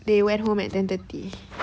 they went home at ten thirty